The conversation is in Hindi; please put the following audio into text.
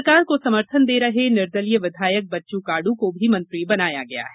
सरकार को समर्थन दे रहे निर्दलीय विधायक बच्चू काडू को मंत्री बनाया गया है